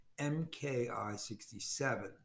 MKI67